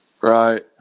Right